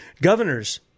governors